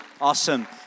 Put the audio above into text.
Awesome